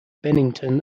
bennington